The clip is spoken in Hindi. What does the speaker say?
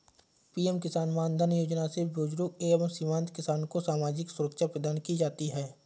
पीएम किसान मानधन योजना से बुजुर्ग एवं सीमांत किसान को सामाजिक सुरक्षा प्रदान की जाती है